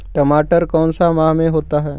टमाटर कौन सा माह में होता है?